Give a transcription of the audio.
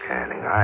Canning